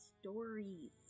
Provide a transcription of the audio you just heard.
STORIES